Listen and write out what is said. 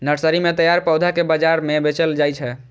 nursery मे तैयार पौधा कें बाजार मे बेचल जाइ छै